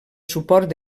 suports